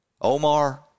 Omar